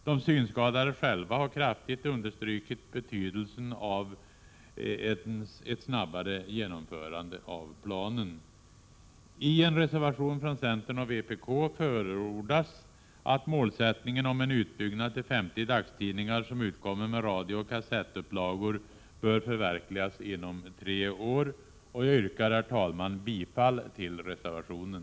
De synskadade själva har kraftigt understrukit betydelsen av ett snabbare genomförande av planen. I en reservation från centern och vpk förordas att målsättningen med en utbyggnad till 50 dagstidningar som skall utkomma med radiooch kassettupplagor bör förverkligas inom tre år. Jag yrkar, herr talman, bifall till reservationen.